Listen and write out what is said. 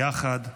יחד,